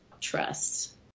trust